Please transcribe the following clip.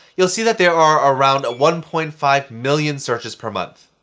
you'll see that there are around one point five million searches per month.